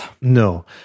No